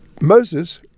Moses